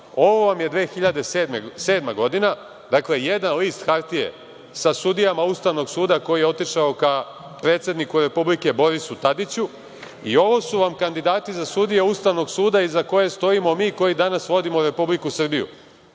Ovo vam je 2007. godina, dakle, jedan list hartije sa sudijama Ustavnog suda koji je otišao ka predsedniku Republike, Borisu Tadiću. I, ovo su vam kandidati za sudije Ustavnog suda iza kojih stojim mi koji danas vodimo Republiku Srbiju.